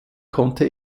konnte